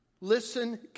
listen